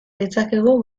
ditzakegu